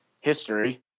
history